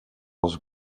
als